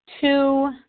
two